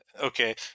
okay